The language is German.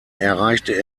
erreichte